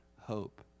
hope